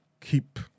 keep